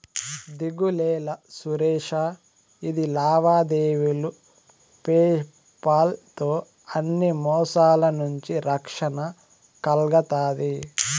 దిగులేలా సురేషా, ఇది లావాదేవీలు పేపాల్ తో అన్ని మోసాల నుంచి రక్షణ కల్గతాది